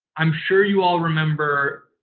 i'm sure you all remember